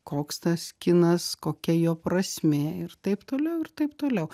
koks tas kinas kokia jo prasmė ir taip toliau ir taip toliau